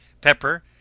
pepper